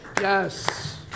Yes